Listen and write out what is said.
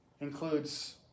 includes